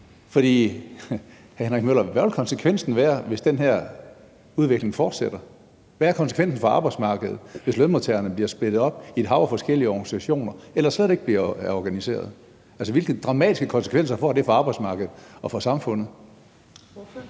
hvad vil konsekvensen være, hvis den her udvikling fortsætter? Hvad er konsekvensen for arbejdsmarkedet, hvis lønmodtagerne bliver splittet op i et hav af forskellige organisationer eller slet ikke bliver organiseret? Altså, hvilke dramatiske konsekvenser får det for arbejdsmarkedet og for samfundet?